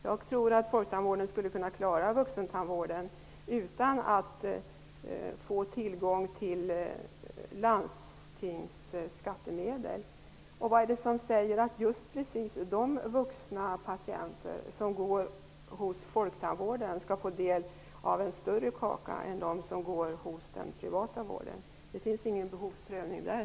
Jag tror att folktandvården kan klara vuxentandvården utan att få tillgång till skattemedel från landstingen. Vad är det som säger att de vuxna patienterna som anlitar folktandvården skall få del av en större kaka än de som anlitar den privata vården? Det finns inte behovsprövning där.